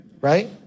right